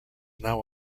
now